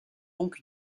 donc